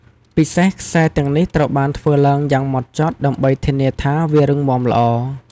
ពិសេសខ្សែទាំងនេះត្រូវបានធ្វើឡើងយ៉ាងម៉ត់ចត់ដើម្បីធានាថាវារឹងមាំល្អ។